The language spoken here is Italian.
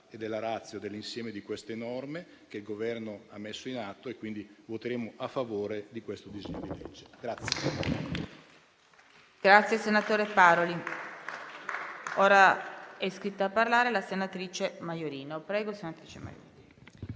e della *ratio* dell'insieme di queste norme che il Governo ha messo in atto, quindi voteremo a favore del disegno di legge al